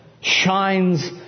shines